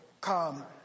come